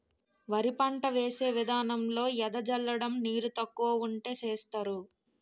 వరి పంట వేసే విదానంలో ఎద జల్లడం నీరు తక్కువ వుంటే సేస్తరు